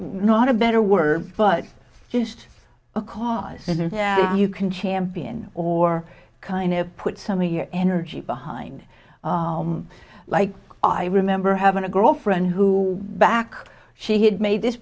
not a better word but just a carson and you can champion or kind of put some of your energy behind like i remember having a girlfriend who back she had made this